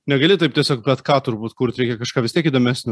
negali taip tiesiog bet ką turbūt kurt reikia kažką vis tiek įdomesnio